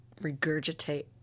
regurgitate